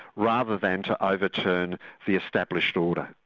rather than to overturn the established order.